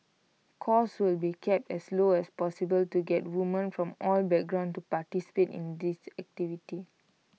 costs will be kept as low as possible to get women from all backgrounds to participate in this activities